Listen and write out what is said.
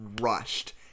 rushed